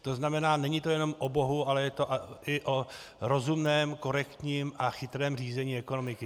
To znamená, není to jenom o bohu, ale je to i o rozumném, korektním a chytrém řízení ekonomiky.